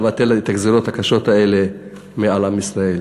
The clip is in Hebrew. לבטל את הגזירות הקשות האלה מעל עם ישראל.